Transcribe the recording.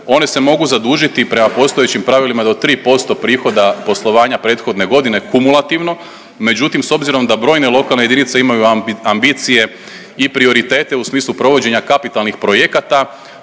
one se mogu zadužiti prema postojećim pravilima do 3% prihoda poslovanja prethodne godine kumulativno, međutim s obzirom da brojne lokalne jedinice imaju ambicije i prioritete u smislu provođenja kapitalnih projekata